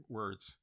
words